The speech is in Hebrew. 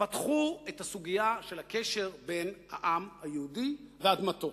פתחו את הסוגיה של הקשר בין העם היהודי ואדמתו,